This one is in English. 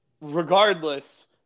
regardless